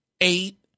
eight